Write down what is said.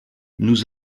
nous